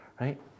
right